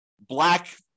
black